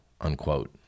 unquote